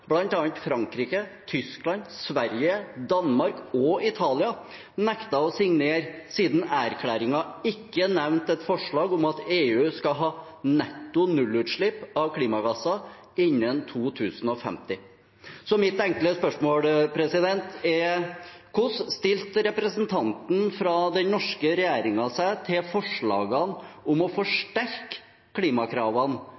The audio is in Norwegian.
Frankrike, Tyskland, Sverige, Danmark og Italia, nektet å signere siden erklæringen ikke nevnte et forslag om at EU skal ha netto nullutslipp av klimagasser innen 2050. Så mitt enkle spørsmål er: Hvordan stilte representanten fra den norske regjeringen seg til forslagene om å